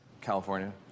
California